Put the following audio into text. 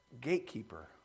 gatekeeper